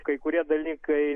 kai kurie dalykai